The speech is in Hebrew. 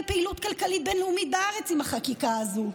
פעילות כלכלית בין-לאומית בארץ עם החקיקה הזו.